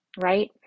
right